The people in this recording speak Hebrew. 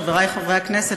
חברי חברי הכנסת,